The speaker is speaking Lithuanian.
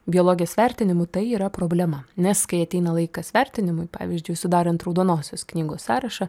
biologės vertinimu tai yra problema nes kai ateina laikas vertinimui pavyzdžiui sudarant raudonosios knygos sąrašą